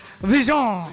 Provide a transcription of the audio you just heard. Vision